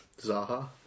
Zaha